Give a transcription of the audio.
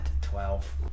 Twelve